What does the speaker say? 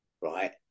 right